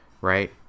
right